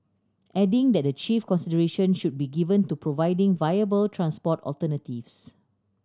adding that the chief consideration should be given to providing viable transport alternatives